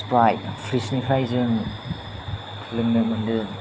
सिफ्राइड फ्रिचनिफ्राइ जों लोंनो मोनदों